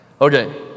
Okay